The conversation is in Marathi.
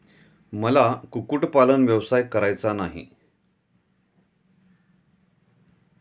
मला कुक्कुटपालन व्यवसाय करायचा नाही